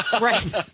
Right